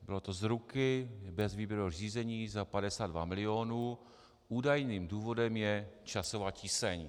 Bylo to z ruky, bez výběrového řízení, za 52 milionů, údajným důvodem je časová tíseň.